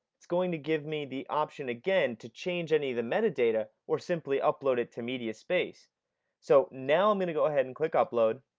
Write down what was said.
it's going to give me the option again to change any of the metadata or simply upload it to mediaspace, so now i'm going to go ahead and click upload,